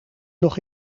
nog